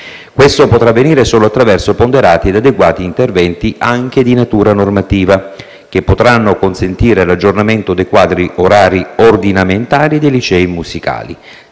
Questo potrà avvenire solo attraverso ponderati ed adeguati interventi anche di natura normativa, che potranno consentire l'aggiornamento dei quadri orari ordinamentali dei licei musicali.